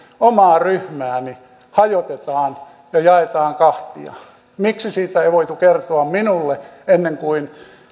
omaa ryhmääni hajotetaan ja jaetaan kahtia miksi siitä ei voitu kertoa minulle ennen kuin